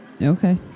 okay